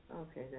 Okay